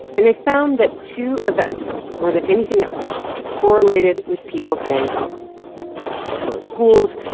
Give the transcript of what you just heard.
and they found that two events more than anything else correlated with people staying home to close schools,